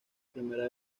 primera